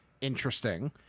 interesting